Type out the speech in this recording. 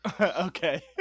Okay